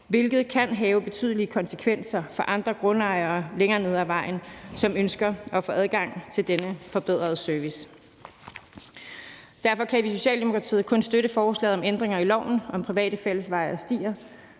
hvilket kan have betydelige konsekvenser for andre grundejere længere nede ad vejen, som ønsker at få adgang til denne forbedrede service. Derfor kan vi i Socialdemokratiet kun støtte forslaget om ændringer i loven om private fællesveje og stier,